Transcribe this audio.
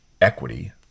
equity